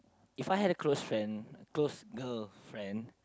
If I had a close friend girl friend